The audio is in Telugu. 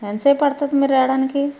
ఎంతసేపు పడుతుంది మీరు రావడానికి